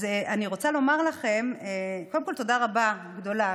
אז אני רוצה לומר לכם קודם כול תודה רבה גדולה,